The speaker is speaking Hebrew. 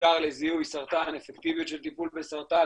בעיקר לזיהוי סרטן ואפקטיביות של טיפול בסרטן,